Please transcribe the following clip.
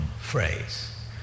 phrase